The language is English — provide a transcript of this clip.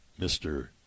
Mr